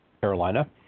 Carolina